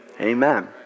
Amen